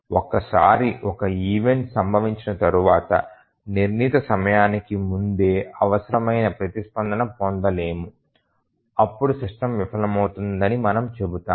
ఒకసారి ఒక ఈవెంట్ సంభవించిన తర్వాత నిర్ణీత సమయానికి ముందే అవసరమైన ప్రతిస్పందనను పొందలేము అప్పుడు సిస్టమ్ విఫలమైందని మనము చెబుతాము